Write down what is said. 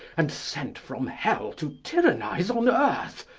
and sent from hell to tyrannize on earth,